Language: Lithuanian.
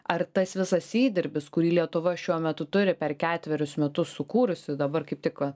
ar tas visas įdirbis kurį lietuva šiuo metu turi per ketverius metus sukūrusi dabar kaip tik